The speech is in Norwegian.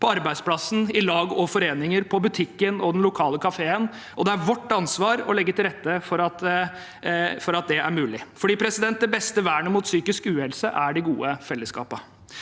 på arbeidsplassen, i lag og foreninger, på butikken og på den lokale kafeen. Det er vårt ansvar å legge til rette for at det er mulig, for det beste vernet mot psykisk uhelse er de gode fellesskapene.